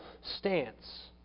stance